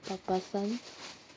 per person